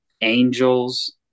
angels